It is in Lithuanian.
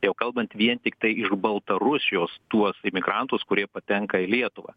jau kalbant vien tiktai iš baltarusijos tuos imigrantus kurie patenka į lietuvą